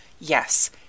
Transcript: Yes